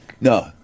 No